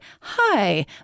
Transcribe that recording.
Hi